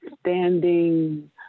standing